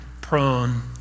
prone